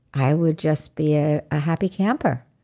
i would just be a ah happy camper.